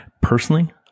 personally